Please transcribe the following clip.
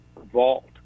vault